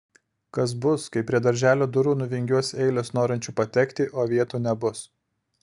kas bus kai prie darželio durų nuvingiuos eilės norinčių patekti o vietų nebus